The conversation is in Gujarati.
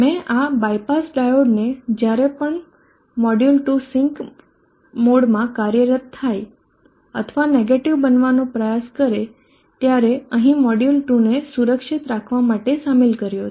મેં આ બાયપાસ ડાયોડને જ્યારે પણ મોડ્યુલ 2 સિંક મોડમાં કાર્યરત થાય અથવા નેગેટીવ બનવાનો પ્રયાસ કરે ત્યારે અહીં મોડ્યુલ 2 ને સુરક્ષિત રાખવા માટે સામેલ કર્યો છે